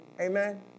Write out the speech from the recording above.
Amen